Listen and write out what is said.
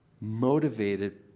motivated